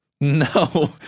No